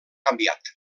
canviat